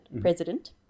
president